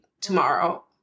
tomorrow